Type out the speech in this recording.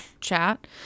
chat